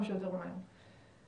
אני